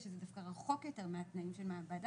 שזה דווקא רחוק יותר מהתנאים של מעבדה,